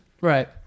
Right